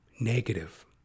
negative